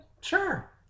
Sure